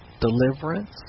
deliverance